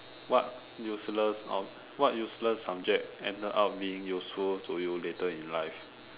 what useless ob~ what useless subject ended being useful to you later in life